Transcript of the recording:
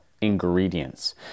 ingredients